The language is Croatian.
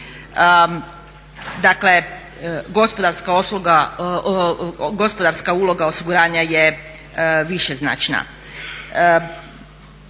Dakle gospodarska uloga osiguranja je višeznačna